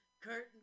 curtain